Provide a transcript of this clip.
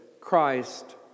Christ